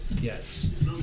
Yes